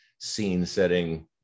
scene-setting